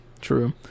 True